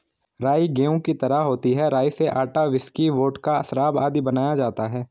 राई गेहूं की तरह होती है राई से आटा, व्हिस्की, वोडका, शराब आदि बनाया जाता है